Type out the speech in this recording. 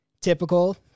typical